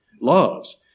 loves